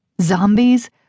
Zombies